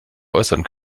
äußern